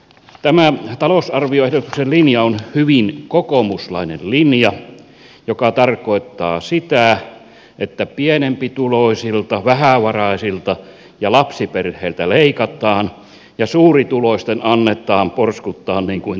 tämä talousarvioehdotuksen linja on hyvin kokoomuslainen linja mikä tarkoittaa sitä että pienempituloisilta vähävaraisilta ja lapsiperheiltä leikataan ja suurituloisten annetaan porskuttaa niin kuin tähänkin saakka